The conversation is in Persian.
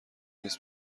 نیس